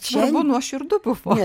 svarbu nuoširdu buvo